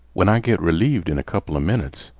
when i git relieved in a couple a minnits,